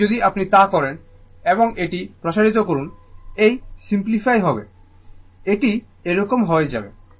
এবং যদি আপনি তা করেন এবং এটি প্রসারিত করুন এটি সিম্পলিফায় হবে এটি এরকম হয়ে যাবে